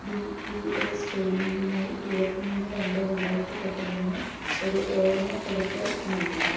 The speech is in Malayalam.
ഡി ടി എച്ച് പെയ്മെൻറ്റിനായി ഇരുപത്തി മൂന്ന് രണ്ട് രണ്ടായിരത്തി പത്തൊമ്പതിന് ഒരു ഓർമ്മപ്പെടുത്തൽ നൽകുക